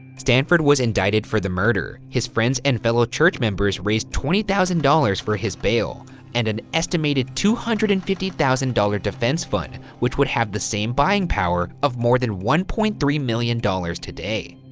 stanford was indicted for the murder. his friends and fellow church members raised twenty thousand dollars for his bail and an estimated two hundred and fifty thousand dollars defense fund, which would have the same buying power of more than one point three million dollars today.